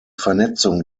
vernetzung